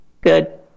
Good